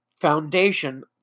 foundation